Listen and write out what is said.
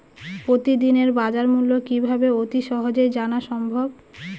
প্রতিদিনের বাজারমূল্য কিভাবে অতি সহজেই জানা সম্ভব?